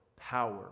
power